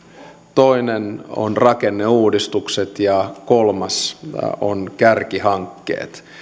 toinen on rakenneuudistukset ja kolmas on kärkihankkeet